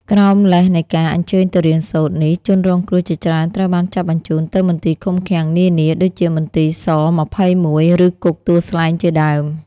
ក្រោមលេសនៃការ "អញ្ជើញទៅរៀនសូត្រ" នេះ ជនរងគ្រោះជាច្រើនត្រូវបានចាប់បញ្ជូនទៅមន្ទីរឃុំឃាំងនានា ដូចជាមន្ទីរស-២១ ឬ គុកទួលស្លែងជាដើម។